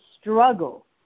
struggle